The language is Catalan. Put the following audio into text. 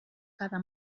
cada